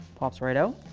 pops right out.